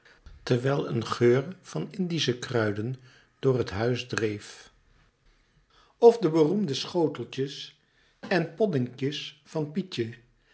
terwijl een geur van indische kruiden door het huis dreef of de beroemde schoteltjes en poddingtjes van pietje